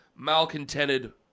malcontented